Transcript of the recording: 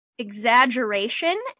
exaggeration